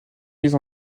mise